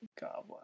goblin